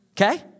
okay